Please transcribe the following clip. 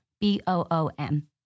B-O-O-M